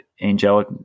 angelic